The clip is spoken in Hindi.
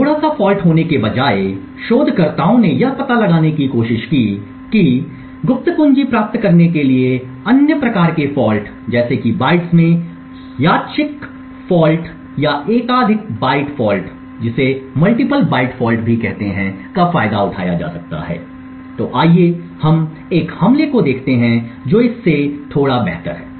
थोड़ा सा फॉल्ट होने के बजाय शोधकर्ताओं ने यह पता लगाने की कोशिश की है कि गुप्त कुंजी प्राप्त करने के लिए अन्य प्रकार के फॉल्ट जैसे कि बाइट्स में यादृच्छिक फॉल्ट या एकाधिक बाइट फॉल्ट का फायदा उठाया जा सकता है तो आइए हम एक हमले को देखते हैं जो इस से थोड़ा बेहतर है